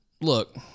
look